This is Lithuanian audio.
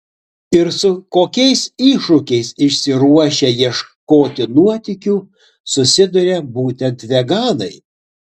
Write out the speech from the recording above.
ir su kokiais iššūkiais išsiruošę ieškoti nuotykių susiduria būtent veganai